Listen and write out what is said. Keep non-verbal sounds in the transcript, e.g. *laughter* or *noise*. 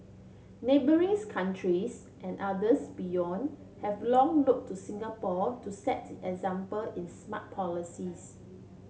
neighbouring *unintelligible* countries and others beyond have long look to Singapore to set the example in smart policies